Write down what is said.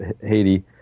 Haiti